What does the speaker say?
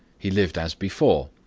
he lived as before.